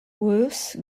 worth